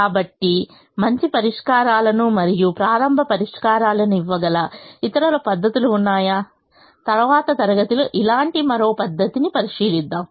కాబట్టి మంచి పరిష్కారాలను మరియు ప్రారంభ పరిష్కారాలను ఇవ్వగల ఇతర పద్ధతులు ఉన్నాయా తరువాతి తరగతిలో ఇలాంటి మరో పద్ధతిని పరిశీలిద్దాం